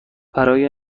برای